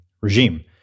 regime